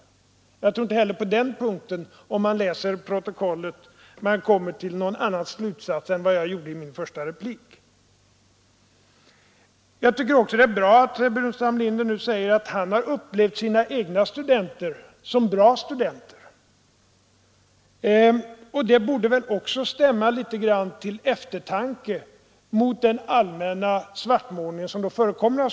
Om man läser protokollet tror jag att man inte heller på den punkten kommer till någon annan slutsats än jag gav uttryck åt i min första replik. Vidare tyckte jag det var bra att herr Burenstam Linder sade att han upplevde sina egna studenter som bra studenter. Det borde väl då också stämma litet till eftertanke mot den allmänna svartmålning av skolan som förekommer.